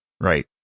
Right